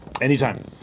Anytime